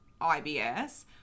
ibs